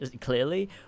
clearly